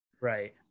Right